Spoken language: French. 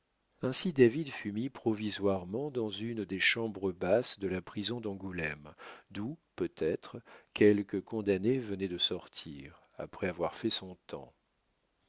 ainsi david fut mis provisoirement dans une des chambres basses de la prison d'angoulême d'où peut-être quelque condamné venait de sortir après avoir fait son temps